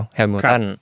Hamilton